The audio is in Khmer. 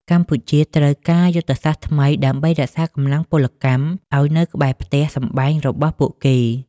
កម្ពុជាត្រូវការយុទ្ធសាស្ត្រថ្មីដើម្បីរក្សាកម្លាំងពលកម្មឱ្យនៅក្បែរផ្ទះសម្បែងរបស់ពួកគេ។